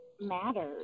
matters